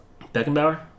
Beckenbauer